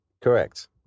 Correct